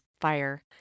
fire